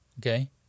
Okay